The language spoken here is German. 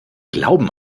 glauben